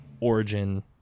origin